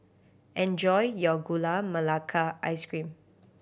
enjoy your Gula Melaka Ice Cream